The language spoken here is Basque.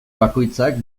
bakoitzak